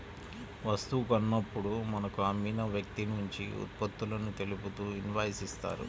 వస్తువు కొన్నప్పుడు మనకు అమ్మిన వ్యక్తినుంచి ఉత్పత్తులను తెలుపుతూ ఇన్వాయిస్ ఇత్తారు